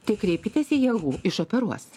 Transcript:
tai kreipkitės į jahu išoperuos